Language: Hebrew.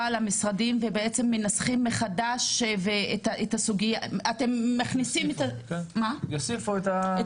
למשרדים ובעצם מנסחים מחדש את הסוגייה של הסמים?